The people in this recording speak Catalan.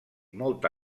molta